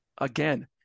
Again